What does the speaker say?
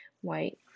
white